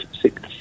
six